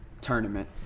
tournament